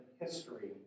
history